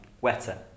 wetter